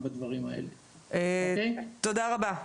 תודה רבה.